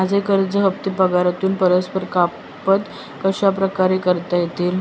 माझे कर्ज हफ्ते पगारातून परस्पर कपात कशाप्रकारे करता येतील?